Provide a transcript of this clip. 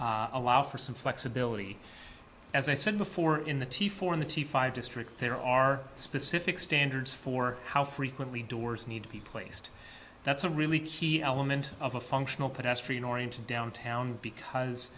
to allow for some flexibility as i said before in the tif or in the t five district there are specific standards for how frequently doors need to be placed that's a really key element of a functional pedestrian oriented downtown because